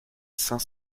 cinq